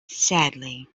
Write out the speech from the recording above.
sadly